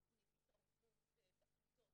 על תוכנית התערבות בכיתות,